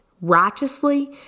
righteously